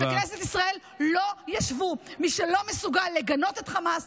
שבכנסת ישראל לא ישב מי שלא מסוגל לגנות את חמאס,